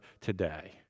today